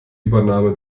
übernahme